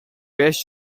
west